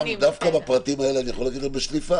דווקא לגבי הפרטים האלה אני יכול להגיד לך בשליפה